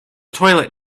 toilet